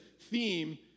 theme